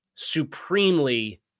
supremely